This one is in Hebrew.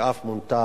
ואף מונתה